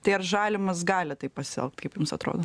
tai ar žalimas gali taip pasielgt kaip jums atrodo